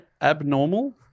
abnormal